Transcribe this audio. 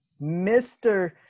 Mr